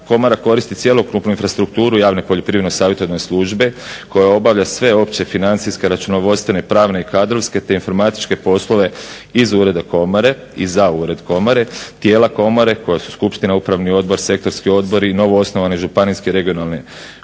komora koristi cjelokupnu infrastrukturu javne Poljoprivredno savjetodavne službe koja obavlja sve opće financijske, računovodstvene, pravne i kadrovske te informatičke poslove iz ureda komore i za ured komore, tijela komore koja su skupština, upravni odbor, sektorski odbori, novoosnovani županijske regionalne komore,